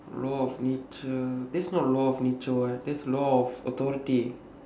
law of nature that's not law of nature [what] that's law of authority